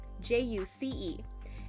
J-U-C-E